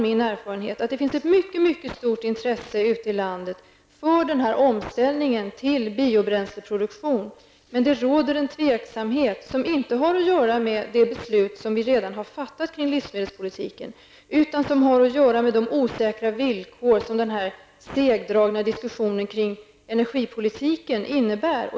Min erfarenhet är att det finns ett mycket stort intresse ute i landet för omställning till biobränsleproduktion, men det finns en tveksamhet som inte har att göra med det beslut som vi redan har fattat i livsmedelspolitiken, utan som har att göra med de osäkra villkor som den här segdragna diskussionen kring energipolitiken innebär.